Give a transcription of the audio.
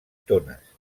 tones